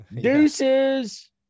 Deuces